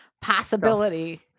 possibility